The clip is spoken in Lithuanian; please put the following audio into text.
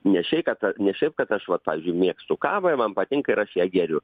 nešeikata ne šiaip kad aš vat pavyzdžiui mėgstu kavą man patinka ir aš ją geriu